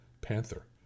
Panther